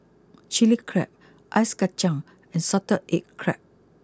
Chilli Crab Ice Kacang and Salted Egg Crab